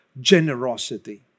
generosity